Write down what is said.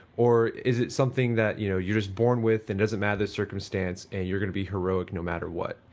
or is it something that you know you are just born with and doesn't matter the circumstance and you're going to be heroic no matter what?